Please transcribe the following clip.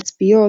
תצפיות,